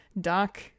dark